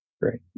Great